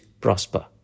prosper